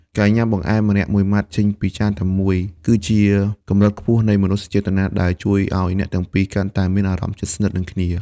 ការញ៉ាំបង្អែមម្នាក់មួយម៉ាត់ចេញពីចានតែមួយ គឺជាកម្រិតខ្ពស់នៃមនោសញ្ចេតនាដែលជួយឱ្យអ្នកទាំងពីរកាន់តែមានអារម្មណ៍ជិតស្និទ្ធនឹងគ្នា។